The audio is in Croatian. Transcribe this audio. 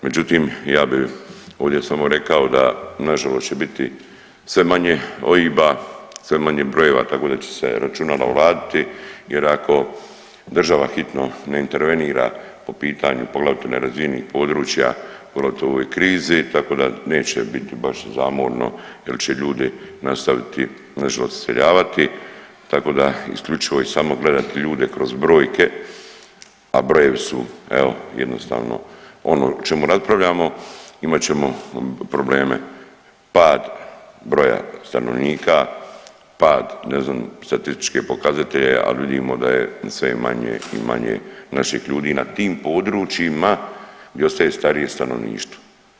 Međutim, ja bi ovdje samo rekao da nažalost će biti sve manje OIB-a, sve manje brojeva, tako da će se računala oladiti jer ako država hitno ne intervenira po pitanju poglavito na razini područja poglavito u ovoj krizi tako da neće biti baš zamorno jel će ljudi nastaviti nažalost iseljavati tako da isključivo i samo gledati ljude kroz brojke, a brojevi su evo jednostavno ono o čemu raspravljamo, imat ćemo probleme, pad broja stanovnika, pad ne znam statističke pokazatelje, al vidimo da je sve manje i manje naših ljudi na tim područjima gdje starije stanovništvo.